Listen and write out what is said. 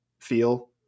feel